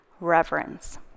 reverence